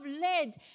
led